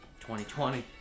2020